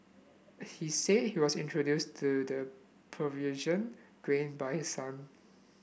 he said he was introduced to the Peruvian grain by his son